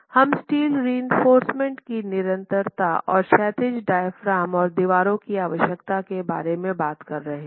हम steel reinforcement की निरंतरता और क्षैतिज डायाफ्राम और दीवारें की आवश्यकता के बारे में बात कर रहे है